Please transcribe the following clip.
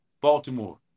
Baltimore